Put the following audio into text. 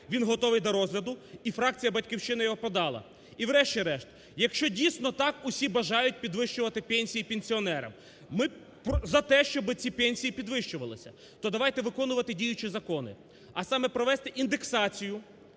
Він готовий до розгляду і фракція "Батьківщина" його подала. І врешті-решт, якщо дійсно так всі бажають підвищувати пенсії пенсіонерам, ми за те, щоб ці пенсії підвищувались. То давайте виконувати діючі закони. А саме: провести індексацію